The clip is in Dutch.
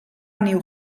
nieuw